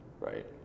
Right